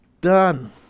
done